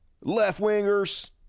left-wingers